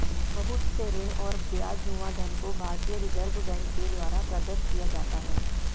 बहुत से ऋण और ब्याजनुमा धन को भारतीय रिजर्ब बैंक के द्वारा प्रदत्त किया जाता है